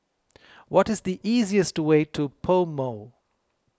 what is the easiest way to PoMo